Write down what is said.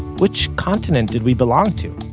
which continent did we belong to?